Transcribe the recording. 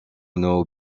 nos